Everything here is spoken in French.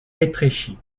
étréchy